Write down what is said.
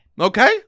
okay